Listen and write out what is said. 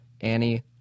Annie